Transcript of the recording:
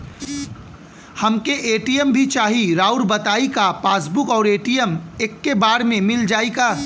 हमके ए.टी.एम भी चाही राउर बताई का पासबुक और ए.टी.एम एके बार में मील जाई का?